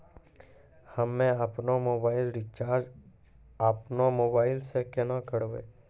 हम्मे आपनौ mobile recharge आपनौ मोबाइल से केना करवै?